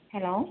hello